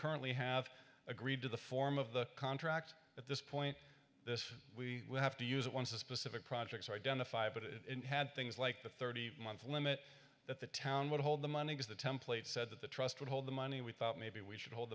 currently have agreed to the form of the contract at this point this we have to use once a specific projects are identified but it had things like the thirty month limit that the town would hold the money as the template said that the trust would hold the money we thought maybe we should hold